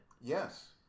Yes